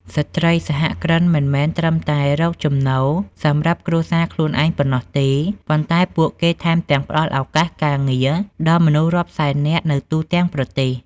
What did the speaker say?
ស្ត្រីសហគ្រិនមិនត្រឹមតែរកចំណូលសម្រាប់គ្រួសារខ្លួនឯងប៉ុណ្ណោះទេ ប៉ុន្តែពួកគេថែមទាំងផ្ដល់ឱកាសការងារដល់មនុស្សរាប់សែននាក់នៅទូទាំងប្រទេស។